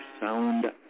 sound